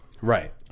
Right